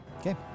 Okay